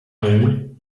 mood